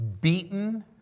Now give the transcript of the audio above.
beaten